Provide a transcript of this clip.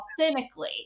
authentically